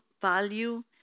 value